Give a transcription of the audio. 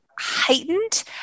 heightened